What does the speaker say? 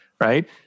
right